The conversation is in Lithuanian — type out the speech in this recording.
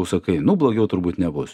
tu sakai nu blogiau turbūt nebus